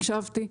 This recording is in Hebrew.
הקשבתי.